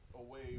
away